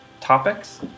topics